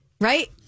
right